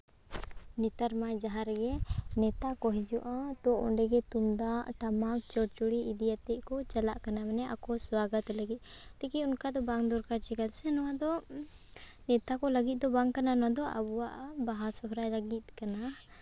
ᱱᱮᱛᱟᱨ ᱢᱟ ᱡᱟᱦᱟᱸᱨᱮᱜᱮ ᱱᱮᱛᱟ ᱠᱚ ᱦᱤᱡᱩᱜᱼᱟ ᱛᱚ ᱚᱸᱰᱮ ᱜᱮ ᱛᱩᱢᱫᱟᱜ ᱴᱟᱢᱟᱠ ᱪᱳᱲᱪᱩᱲᱤ ᱤᱫᱤᱭᱟᱛᱮᱫ ᱠᱚ ᱪᱟᱞᱟᱜ ᱠᱟᱱᱟ ᱢᱟᱱᱮ ᱟᱠᱚ ᱥᱚᱣᱟᱜᱚᱛ ᱞᱟᱹᱜᱤᱫ ᱴᱷᱤᱠᱜᱮᱭᱟ ᱚᱱᱠᱟ ᱫᱚ ᱵᱟᱝ ᱫᱚᱨᱠᱟᱨ ᱪᱮᱫᱟᱜ ᱥᱮ ᱱᱚᱣᱟ ᱫᱚ ᱱᱮᱛᱟ ᱠᱚ ᱞᱟᱹᱜᱤᱫ ᱫᱚ ᱵᱟᱝ ᱠᱟᱱᱟ ᱱᱚᱣᱟ ᱫᱚ ᱟᱵᱚᱣᱟᱜ ᱵᱟᱦᱟ ᱥᱚᱦᱚᱨᱟᱭ ᱞᱟᱹᱜᱤᱫ ᱠᱟᱱᱟ